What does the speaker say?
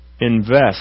Invest